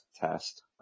test